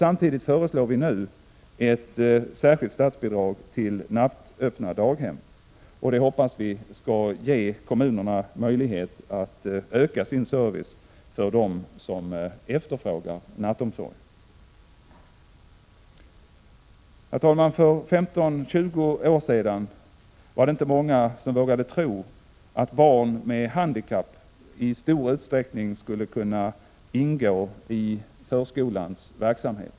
Samtidigt föreslår vi nu ett särskilt statsbidrag till nattöppna daghem, och det hoppas vi skall ge kommunerna möjlighet att öka sin service åt dem som efterfrågar nattomsorg. Herr talman! För 15-20 år sedan var det inte många som vågade tro att barn med handikapp i stor utsträckning skulle kunna ingå i förskolans verksamhet.